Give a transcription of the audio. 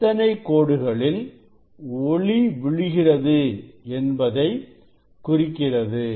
எத்தனை கோடுகளில் ஒளி விழுகிறது என்பதை குறிக்கிறது